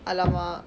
!alamak!